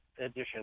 edition